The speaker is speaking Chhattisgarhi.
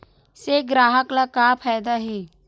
से ग्राहक ला का फ़ायदा हे?